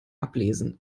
ablesen